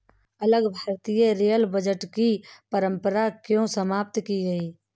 अलग भारतीय rail budget की परंपरा क्यों समाप्त की गई?